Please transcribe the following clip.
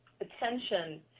attention